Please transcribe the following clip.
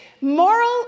moral